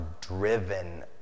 driven